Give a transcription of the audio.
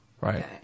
Right